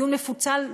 דיון מפוצל,